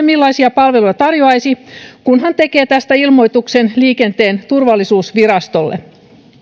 millaisia palveluja tarjoaisi kunhan tekee tästä ilmoituksen liikenteen turvallisuusvirastolle